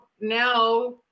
now